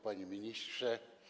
Panie Ministrze!